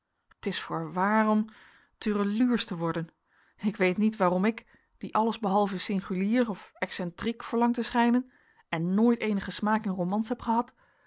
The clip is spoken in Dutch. t is voorwaar om tureluursch te worden ik weet niet waarom ik die alles behalve singulier of excentriek verlang te schijnen en nooit eenigen smaak in romans heb gehad